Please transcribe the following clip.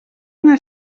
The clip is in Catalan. una